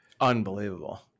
Unbelievable